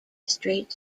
straight